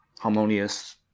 harmonious